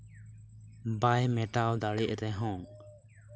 ᱵᱟᱭ ᱢᱮᱴᱟᱣ ᱫᱟᱲᱮᱜ ᱨᱮᱦᱚᱸ